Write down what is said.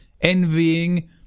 envying